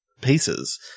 pieces